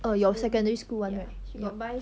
err your secondary school [one] right ya